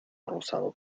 rosado